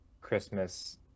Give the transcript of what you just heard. Christmas